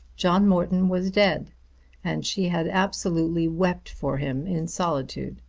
john morton was dead and she had absolutely wept for him in solitude,